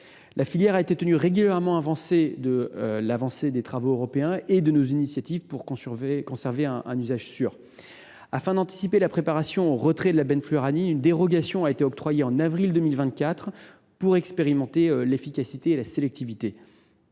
La filière a été tenue régulièrement informée de l’avancée des travaux européens et des initiatives prises par la France pour conserver un usage sûr. Afin d’anticiper la préparation au retrait de la benfluraline, une dérogation a été octroyée en avril 2024 pour expérimenter l’efficacité et la sélectivité